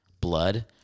blood